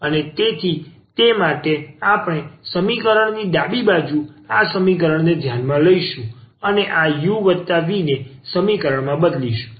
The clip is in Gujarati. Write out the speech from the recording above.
તેથી તે માટે આપણે આ સમીકરણ ની ડાબી બાજુ આ સમીકરણને ધ્યાનમાં લઈશું અને આ u v ને સમીકરણમાં બદલીશું